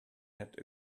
had